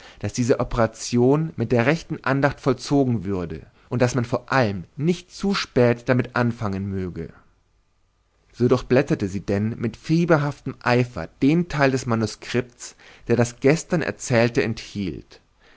daß diese operation mit der rechten andacht vollzogen würde und daß man vor allem nicht zu spät damit anfangen möge so durchblätterte sie denn mit fieberhaftem eifer den teil des manuskriptes der das gestern erzählte enthielt